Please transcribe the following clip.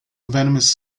venomous